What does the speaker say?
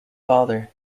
father